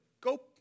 Go